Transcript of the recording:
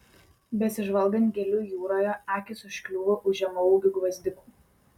besižvalgant gėlių jūroje akys užkliūva už žemaūgių gvazdikų